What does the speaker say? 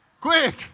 Quick